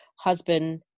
husband